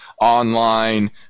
online